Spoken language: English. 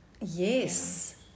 Yes